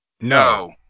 No